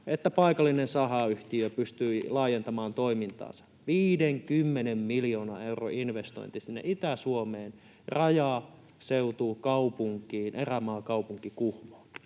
että paikallinen sahayhtiö pystyi laajentamaan toimintaansa — 50 miljoonan euron investointi sinne Itä-Suomeen, rajaseutukaupunkiin, erämaakaupunki Kuhmoon.